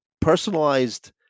personalized